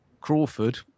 Crawford